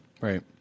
Right